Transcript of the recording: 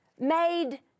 made